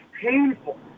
painful